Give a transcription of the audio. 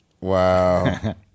Wow